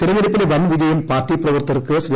തെരഞ്ഞെട്ടുപ്പിലെ വൻവിജയം പാർട്ടി പ്രവർത്തകർക്ക് ശ്രീ